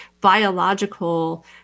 biological